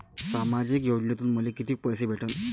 सामाजिक योजनेतून मले कितीक पैसे भेटन?